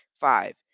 Five